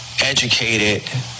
educated